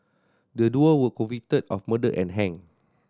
the duo were convicted of murder and hanged